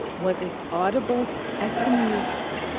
was as audible as the music.